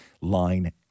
line